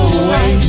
away